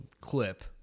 clip